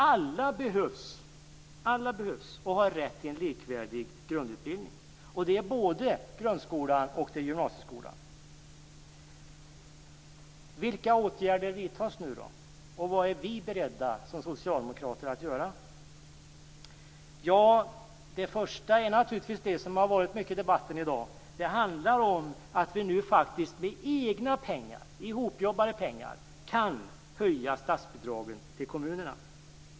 Alla behövs och har rätt till en likvärdig grundutbildning, och det gäller både grundskola och gymnasieskola. Vilka åtgärder vidtas nu, och vad är vi socialdemokrater beredda att göra? Till att börja med handlar det om något som varit mycket uppe i debatten i dag. Det handlar om att vi med egna pengar, hopjobbade pengar, kan höja statsbidragen till kommunerna.